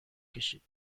کشید